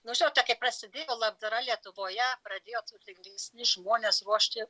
nu žinote kai prasidėjo labdara lietuvoje pradėjo turtingesni žmonės ruošti